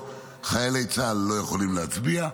חיילי צה"ל לא יכולים להצביע.